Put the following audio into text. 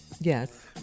Yes